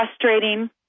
frustrating